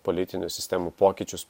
politinių sistemų pokyčius